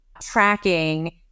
tracking